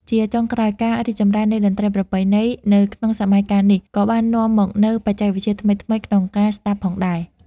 ជាចុងក្រោយ ការរីកចម្រើននៃតន្ត្រីប្រពៃណី នៅក្នុងសម័យកាលនេះ ក៏បាននាំមកនូវបច្ចេកវិទ្យាថ្មីៗក្នុងការស្តាប់ផងដែរ។